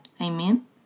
Amen